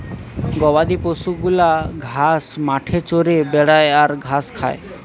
গবাদি পশু গুলা ঘাস মাঠে চরে বেড়ায় আর ঘাস খায়